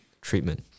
treatment